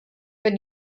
been